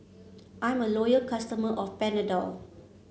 I'm a loyal customer of Panadol